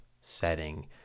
setting